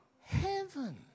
heaven